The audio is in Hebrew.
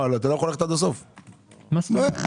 אני מתנצלת